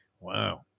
Wow